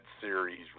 series